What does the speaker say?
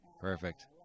Perfect